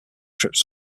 trips